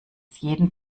jeden